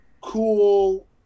cool